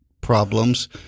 problems